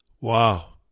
Wow